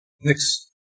Next